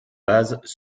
bases